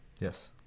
Yes